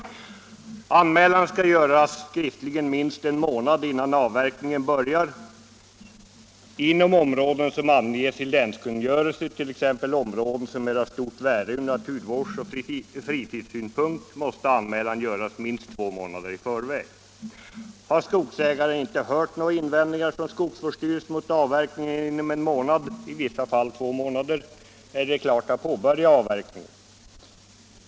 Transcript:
Anmälas skall göras skriftligen minst en månad innan avverkningen börjar. Inom områden som anges i länskungörelse, t.ex. områden som är av stort värde ur naturvårdsoch fritidssynpunkt, måste anmälan göras minst två månader i förväg. Har skogsägaren inte hört några invändningar från skogsvårdsstyrelsen mot avverkningen inom en månad, i vissa fall två månader, är det klart att påbörja avverkningen.